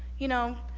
you know,